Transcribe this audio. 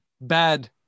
bad